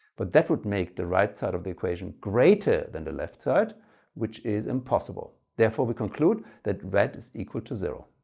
but that would make the right side of the equation greater than the left side which is impossible. therefore we conclude that red is equal to zero.